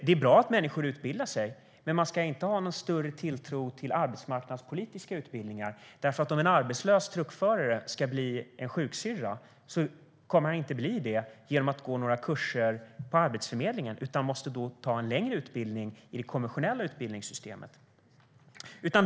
Det är bra att människor utbildar sig, men man ska inte ha någon större tilltro till arbetsmarknadspolitiska utbildningar. Om en arbetslös truckförare ska bli sjuksyrra kommer han inte att bli det genom att gå några kurser på Arbetsförmedlingen utan han måste gå en längre utbildning i det konventionella utbildningssystemet.